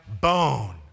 bone